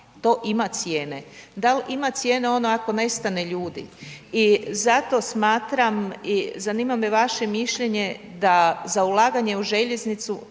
to ima cijene, da li ima cijene ono ako nestane ljudi i zato smatram i zanima me vaše mišljenje da za ulaganje u željeznicu